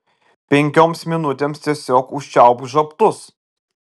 penkioms minutėms tiesiog užčiaupk žabtus